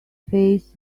face